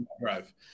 drive